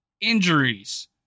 Injuries